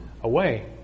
away